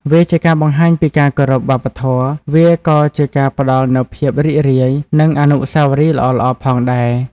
វាជាការបង្ហាញពីការគោរពវប្បធម៌។ វាក៏ជាការផ្ដល់នូវភាពរីករាយនិងអនុស្សាវរីយ៍ល្អៗផងដែរ។